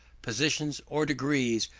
positions, or degrees,